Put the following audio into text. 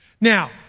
Now